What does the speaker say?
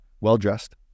well-dressed